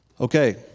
Okay